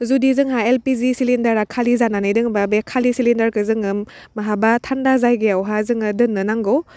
जुदि जोंहा एलपिजि सिलेण्डारा खालि जानानै दोङोबा बे खालि सिलेण्डारखौ जोङो माहाबा थानदा जायगायावहा जोङो दोननो नांगौ